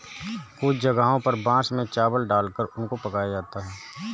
कुछ जगहों पर बांस में चावल डालकर उनको पकाया जाता है